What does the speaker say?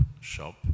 shop